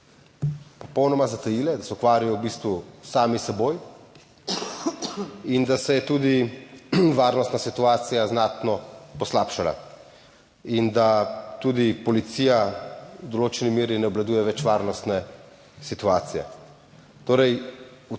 popolnoma zatajile, da se ukvarjajo v bistvu sami s seboj in da se je tudi varnostna situacija znatno poslabšala in da tudi policija v določeni meri ne obvladuje več varnostne situacije. Torej, v